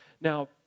Now